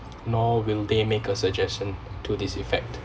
nor will they make a suggestion to this effect